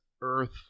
Earth